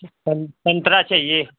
संतरा चाहिये